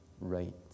right